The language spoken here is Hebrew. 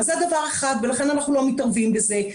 אז זה דבר אחד, ולכן אנחנו לא מתערבים בזה.